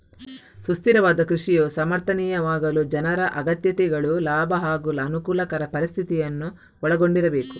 ಸುಸ್ಥಿರವಾದ ಕೃಷಿಯು ಸಮರ್ಥನೀಯವಾಗಲು ಜನರ ಅಗತ್ಯತೆಗಳು ಲಾಭ ಹಾಗೂ ಅನುಕೂಲಕರ ಪರಿಸ್ಥಿತಿಯನ್ನು ಒಳಗೊಂಡಿರಬೇಕು